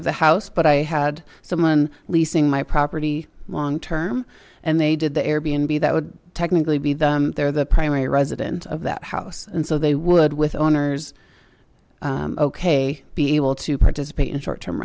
of the house but i had someone leasing my property long term and they did the airbnb that would technically be them they're the primary resident of that house and so they would with owners okay be able to participate in short term